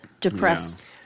depressed